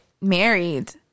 married